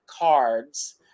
cards